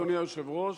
אדוני היושב-ראש,